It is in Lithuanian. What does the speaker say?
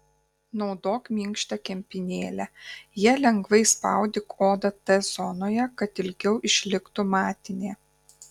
naudok minkštą kempinėlę ja lengvai spaudyk odą t zonoje kad ilgiau išliktų matinė